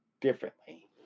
differently